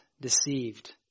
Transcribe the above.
deceived